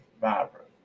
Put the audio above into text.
vibrant